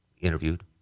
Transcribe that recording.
interviewed